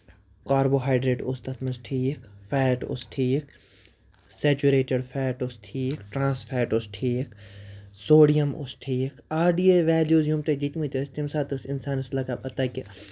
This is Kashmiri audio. کاربوہایڈریٹ اوس تَتھ منٛز ٹھیٖک فیٹ اوس ٹھیٖک سیچُریڈِڈ فیٹ اوس ٹھیٖک ٹرٛانٔس فیٹ اوس ٹھیٖک سوڈِیم اوس ٹھیٖک آر ڈی اے ویلوٗز یِم تۄہہِ دِتۍ مٕتۍ ٲسۍ تَمہِ ساتہٕ ٲسۍ اِنسانَس لگان پَتہٕ کہِ